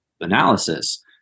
analysis